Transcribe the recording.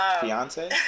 Fiance